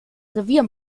revier